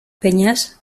peñas